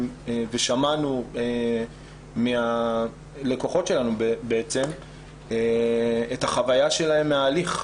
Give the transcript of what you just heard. שמענו מהלקוחות שלנו את החוויה שלהם מן ההליך,